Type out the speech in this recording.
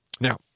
Now